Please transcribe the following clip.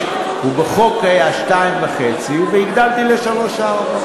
הוא בחוק היה 2.5, והגדלתי ל-3.4.